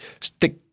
stick